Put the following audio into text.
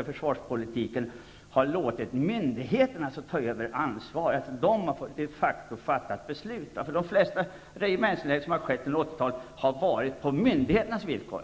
i försvarspolitiken mycket ofta har låtit myndigheter ta över ansvaret för besluten. De flesta regementsnedläggningar som har skett under 80-talet har skett på myndigheternas villkor.